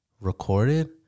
recorded